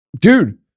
dude